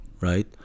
right